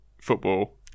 football